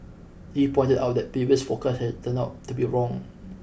he pointed out that previous forecasts had turned out to be wrong